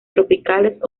tropicales